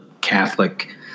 catholic